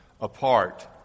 apart